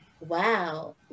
wow